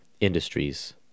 Industries